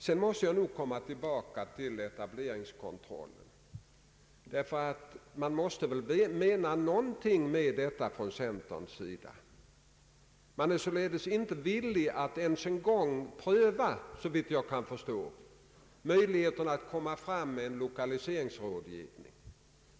Jag kommer vidare tillbaka till frågan om etableringskontroil, ty centerpartiet måste ändå ha menat någonting med detta. Man är således inte villig att ens en gång pröva, såvitt jag kan förstå, möjligheterna att komma fram med en lokaliseringsrådgivning.